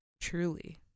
Truly